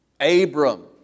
Abram